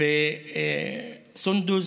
וסונדוס,